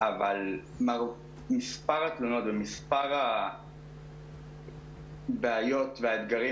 אבל מספר התלונות ומספר הבעיות והאתגרים